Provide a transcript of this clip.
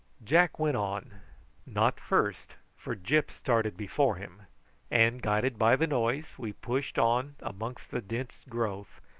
jack went on not first, for gyp started before him and, guided by the noise, we pushed on amongst the dense growth,